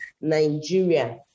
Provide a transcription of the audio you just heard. Nigeria